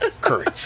Courage